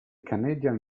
canadian